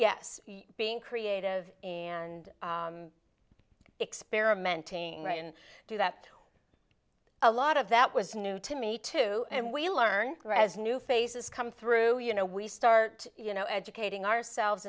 yes being creative and experimenting right and do that a lot of that was new to me too and we learn as new faces come through you know we start you know educating ourselves